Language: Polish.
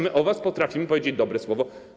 My o was potrafimy powiedzieć dobre słowo.